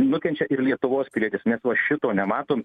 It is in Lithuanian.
nukenčia ir lietuvos pilietis mes va šito nematom